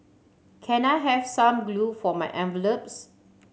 can I have some glue for my envelopes